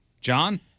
John